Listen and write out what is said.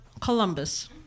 Columbus